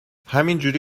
همینجوری